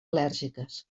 al·lèrgiques